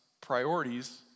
priorities